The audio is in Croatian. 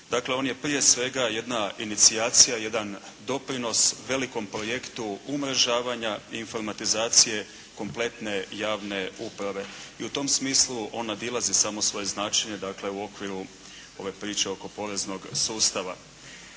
Dakle, on je prije svega jedna inicijacija, jedan doprinos velikom projektu umrežavanja, informatizacije kompletne javne uprave. I u tom smislu on nadilazi samo svoje značenje, dakle u okviru ove priče oko poreznog sustava.